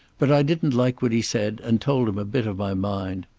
but i didn't like what he said and told him a bit of my mind.